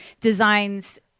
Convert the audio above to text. designs